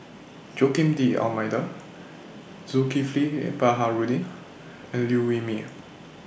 Joaquim D'almeida Zulkifli Baharudin and Liew Wee Mee